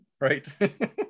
Right